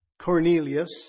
Cornelius